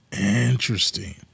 Interesting